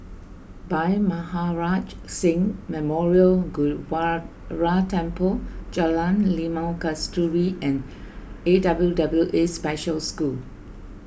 Bhai Maharaj Singh Memorial Gurdwara Temple Jalan Limau Kasturi and A W W A Special School